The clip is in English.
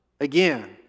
again